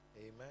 Amen